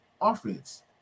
offense